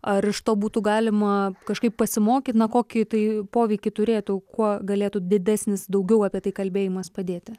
ar iš to būtų galima kažkaip pasimokyti na kokį tai poveikį turėtų kuo galėtų didesnis daugiau apie tai kalbėjimas padėti